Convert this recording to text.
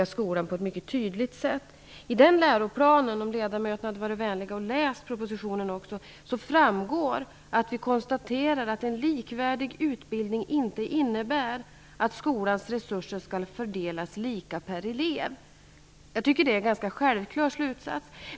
Av läroplanen framgår, vilket ledamöterna skulle ha funnit om de hade haft vänligheten att läsa propositionen, att en likvärdig utbildning inte innebär att skolans resurser skall fördelas lika per elev. Jag tycker att det är en ganska självklar slutsats.